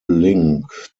link